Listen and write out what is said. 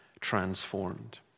transformed